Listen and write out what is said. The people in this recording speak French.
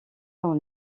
dans